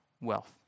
wealth